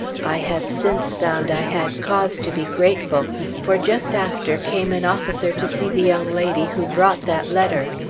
i have since found i had cause to be grateful for just after came an officer to see the young lady who brought that letter.